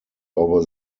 over